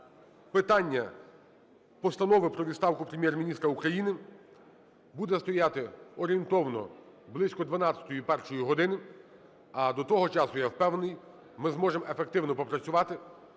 Питання Постанови про відставку Прем'єр-міністра України буде стояти орієнтовно близько дванадцятої і першої години. А до того часу, я впевнений, ми зможемо ефективно попрацювати